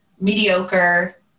mediocre